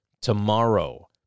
Tomorrow